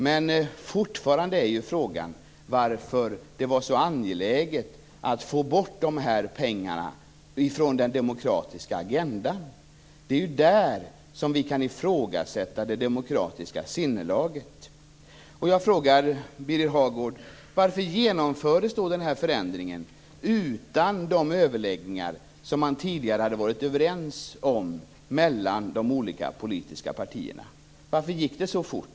Men fortfarande är frågan varför det var så angeläget att få bort de här pengarna från den demokratiska agendan. Det är där vi kan ifrågasätta det demokratiska sinnelaget. Jag frågar Birger Hagård: Varför genomfördes den här förändringen utan de överläggningar som man tidigare hade varit överens om mellan de olika politiska partierna? Varför gick det så fort?